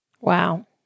Wow